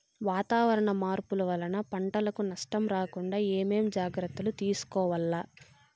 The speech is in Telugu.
వాతావరణ మార్పులు వలన పంటలకు నష్టం రాకుండా ఏమేం జాగ్రత్తలు తీసుకోవల్ల?